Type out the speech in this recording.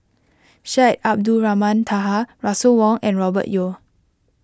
Syed Abdulrahman Taha Russel Wong and Robert Yeo